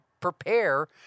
prepare